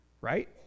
right